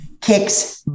kicks